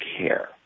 care